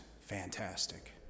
Fantastic